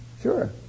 Sure